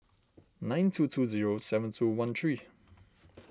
nine two two zero seven two one three